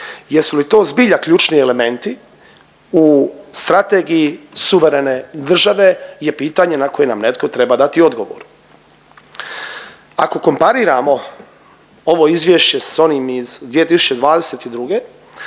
Jesu li to zbilja ključni elementi u strategiji suverene države je pitanje na koje nam netko treba dati odgovor. Ako kompariramo ovo izvješće s onim iz 2022.,